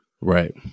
right